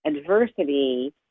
adversity